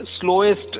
slowest